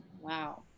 Wow